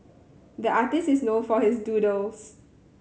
the artist is known for his doodles